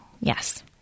Yes